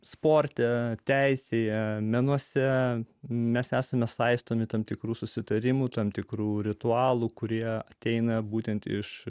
sporte teisėje menuose mes esame saistomi tam tikrų susitarimų tam tikrų ritualų kurie ateina būtent iš